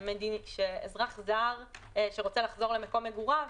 שאזרח שרוצה לחזור למקום מגוריו,